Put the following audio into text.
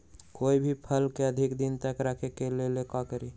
कोई भी फल के अधिक दिन तक रखे के लेल का करी?